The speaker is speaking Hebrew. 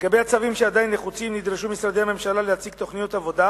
לגבי הצווים שעדיין נחוצים נדרשו משרדי הממשלה להציג תוכניות עבודה